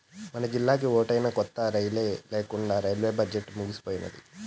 మనజిల్లాకి ఓటైనా కొత్త రైలే లేకండా రైల్వే బడ్జెట్లు ముగిసిపోయినాది